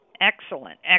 Excellent